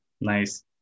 Nice